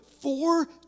four